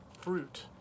fruit